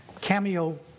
cameo